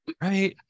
Right